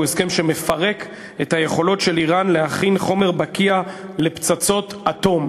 הוא הסכם שמפרק את היכולות של איראן להכין חומר בקיע לפצצות אטום.